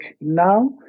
now